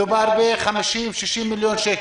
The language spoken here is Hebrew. מדובר ב-60-50 מיליון שקל,